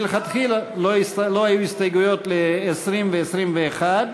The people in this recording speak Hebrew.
מלכתחילה לא היו הסתייגויות ל-20 ו-21,